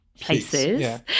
places